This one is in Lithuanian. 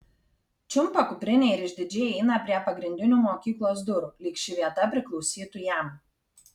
čiumpa kuprinę ir išdidžiai eina prie pagrindinių mokyklos durų lyg ši vieta priklausytų jam